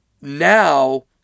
now